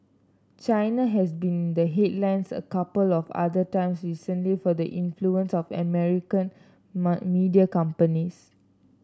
China has been in the headlines a couple of other times recently for the influence of American media companies